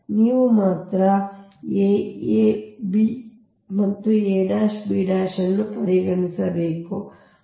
ಆದ್ದರಿಂದ ನೀವು ಮಾತ್ರ ನಿಮ್ಮ a ab ಮತ್ತು a b ಅನ್ನು ಪರಿಗಣಿಸಬೇಕು